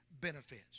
benefits